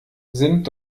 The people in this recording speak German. sind